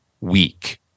weak